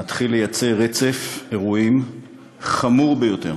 מתחיל לייצר רצף אירועים חמור ביותר.